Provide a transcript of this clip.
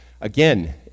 again